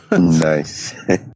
Nice